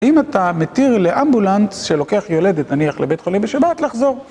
אם אתה מתיר לאמבולנס שלוקח יולדת, נניח, לבית חולים בשבת, לחזור.